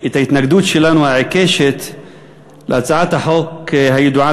את ההתנגדות העיקשת שלנו להצעת החוק הידועה